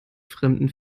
fremden